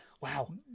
Wow